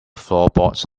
floorboards